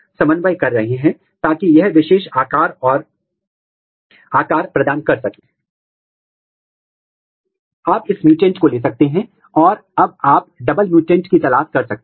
उदाहरण के लिए आप HA टैग MYC टैग या किसी भी प्रकार के टैग को जोड़ सकते हैं और फिर आप प्रोटीन लोकलाइजेशन का पता लगाने के लिए टैग के खिलाफ एंटीबॉडी का उपयोग कर सकते हैं